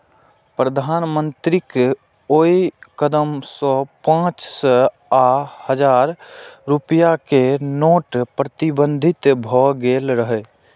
प्रधानमंत्रीक ओइ कदम सं पांच सय आ हजार रुपैया के नोट प्रतिबंधित भए गेल रहै